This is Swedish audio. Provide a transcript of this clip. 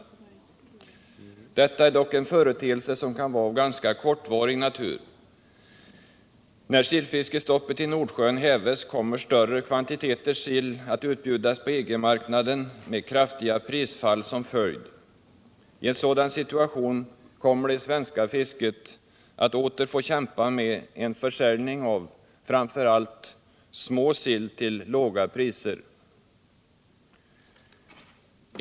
Detta är dock en företeelse som kan vara av ganska kortvarig natur. När sillfiskestoppet i Nordsjön hävs kommer större kvantiteter sill att utbjudas på EG-marknaden med kraftiga prisfall som följd. I en sådan situation kommer det svenska fisket att åter få kämpa med en försäljning av framför allt småsill till låga priser.